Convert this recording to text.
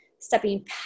stepping